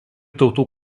tautų